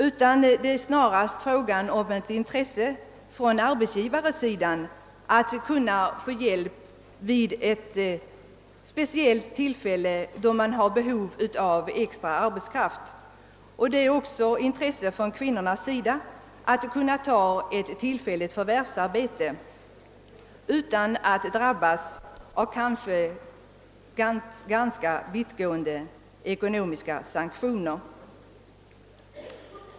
Det är snarast fråga om ett intresse bland arbetsgivarna av att kunna få hjälp vid speciella tillfällen då det finns behov av extra arbetskraft, och kvinnorna har också intresse av att kunna ta ett tillfälligt förvärvsarbete utan att drabbas av kanske ganska vittgående ekonomiska sanktioner.